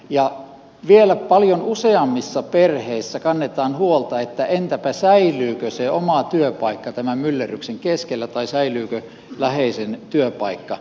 ja vielä paljon useammissa perheissä kannetaan huolta että entäpä säilyykö se oma työpaikka tämän myllerryksen keskellä tai säilyykö läheisen työpaikka